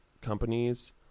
companies